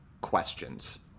questions